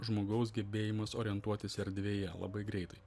žmogaus gebėjimas orientuotis erdvėje labai greitai